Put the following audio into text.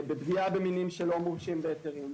בפגיעה במינים שלא מורשים בהיתרים,